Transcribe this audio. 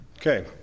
Okay